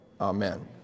Amen